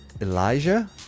Elijah